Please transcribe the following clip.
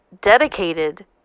dedicated